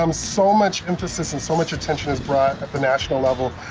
um so much emphasis and so much attention is brought at the national level,